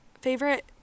favorite